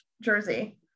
Jersey